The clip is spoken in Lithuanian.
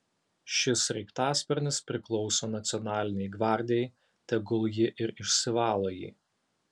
šis sraigtasparnis priklauso nacionalinei gvardijai tegul ji ir išsivalo jį